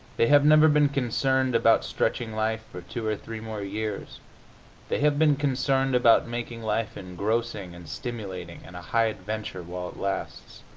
they have never been concerned about stretching life for two or three more years they have been concerned about making life engrossing and stimulating and a high adventure while it lasts.